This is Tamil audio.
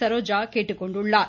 சரோஜா கேட்டுக்கொண்டுள்ளார்